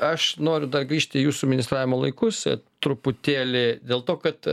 aš noriu dar grįžti į jūsų ministravimo laikus ir truputėlį dėl to kad